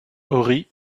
ory